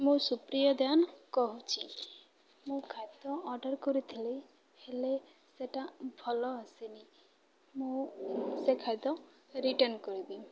ମୁଁ ସୁପ୍ରିୟା ଦାନ କହୁଛିି ମୁଁ ଖାଦ୍ୟ ଅର୍ଡ଼ର କରିଥିଲି ହେଲେ ସେଇଟା ଭଲ ଆସିନି ମୁଁ ସେ ଖାଦ୍ୟ ରିଟର୍ଣ୍ଣ କରିବି